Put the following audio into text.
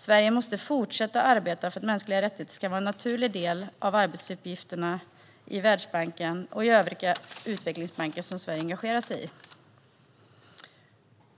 Sverige måste fortsätta arbeta för att mänskliga rättigheter ska vara en naturlig del av arbetsuppgifterna i Världsbanken och i övriga utvecklingsbanker som Sverige engagerar sig i. Jag vill